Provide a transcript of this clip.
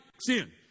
sin